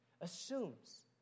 assumes